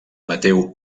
mateu